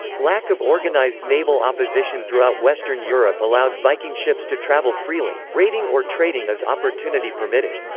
lack of organised naval opposition throughout western europe allowed viking ships to travel freely, raiding or trading as opportunity permitted.